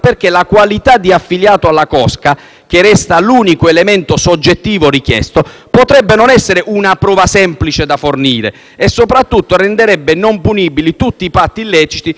che resta l'unico elemento soggettivo richiesto, potrebbe non essere una prova semplice da fornire e, soprattutto, renderebbe non punibili tutti i patti illeciti conclusi con soggetti estranei